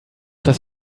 das